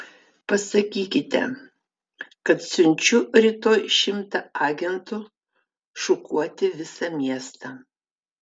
pasakykite kad siunčiu rytoj šimtą agentų šukuoti visą miestą